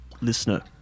Listener